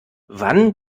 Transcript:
wann